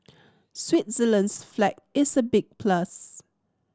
Switzerland's flag is a big plus